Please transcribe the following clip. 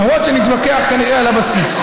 למרות שנתווכח כנראה על הבסיס.